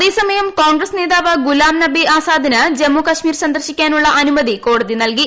അതേസമയം കോൺഗ്രസ് നേതാവ് ഗുലാം നബി ആസാദിന് ജമ്മുകാശ്മീർ സന്ദർശിക്കാനുള്ള അനുമതി കോടതി നൽകി